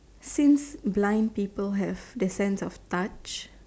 since blind people have their sense of touch